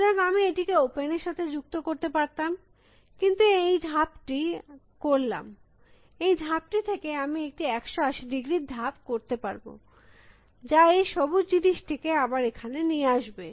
সুতরাং আমি এটিকে ওপেন এর সাথে যুক্ত করতে পারতাম কিন্তু আমি এই ধাপটি করলাম এই ধাপটি থেকে আমি একটি 180 ডিগ্রীর ধাপ করতে পারব যা এই সবুজ জিনিসটি আবার এখানে নিয়ে আসবে